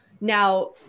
Now